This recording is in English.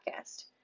podcast